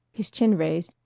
his chin raised,